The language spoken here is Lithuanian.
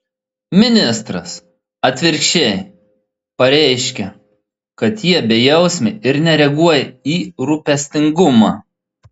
ministras atvirkščiai pareiškia kad jie bejausmiai ir nereaguoja į rūpestingumą